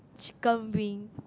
chicken wing